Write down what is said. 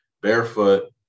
barefoot